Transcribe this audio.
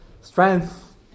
strength